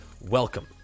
welcome